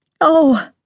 Oh